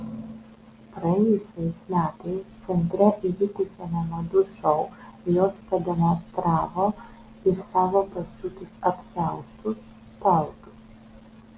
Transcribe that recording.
praėjusiais metais centre įvykusiame madų šou jos pademonstravo ir savo pasiūtus apsiaustus paltus